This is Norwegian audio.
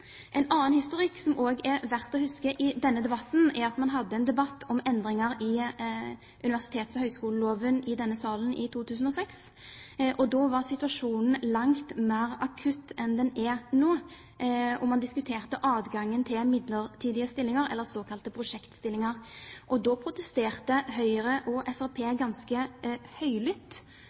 En annen historikk, som også er verdt å huske i denne debatten, er at man hadde en debatt om endringer i universitets- og høyskoleloven i denne salen i 2006. Da var situasjonen langt mer akutt enn den er nå, og man diskuterte adgangen til midlertidige stillinger eller såkalte prosjektstillinger. Da protesterte Høyre og Fremskrittspartiet ganske høylytt.